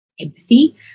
empathy